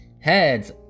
Heads